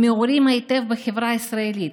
מעורים היטב בחברה הישראלית,